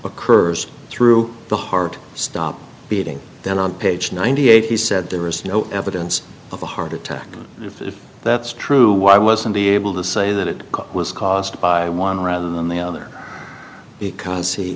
occurs through the heart stopped beating down on page ninety eight he said there is no evidence of a heart attack if that's true why wasn't he able to say that it was caused by one rather than the other because he